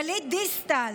גלית דיסטל